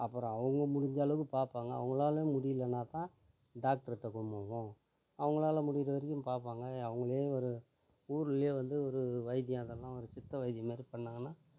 அப்புறம் அவங்க முடிஞ்சளவுக்கு பார்ப்பாங்க அவங்களால் முடியலைன்னா தான் டாக்டரத்த கொண்டு போவோம் அவங்களால் முடிகிற வரைக்கும் பார்ப்பாங்க அவங்களே ஒரு ஊர்லேயே வந்து ஒரு வைத்தியம் எதுனா ஒரு சித்த வைத்தியம் மாரி பண்ணாங்கன்னால்